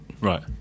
Right